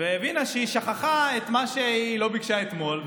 ומבינה שהיא שכחה את מה שהיא לא ביקשה אתמול,